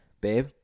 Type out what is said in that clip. babe